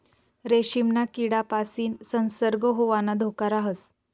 रेशीमना किडापासीन संसर्ग होवाना धोका राहस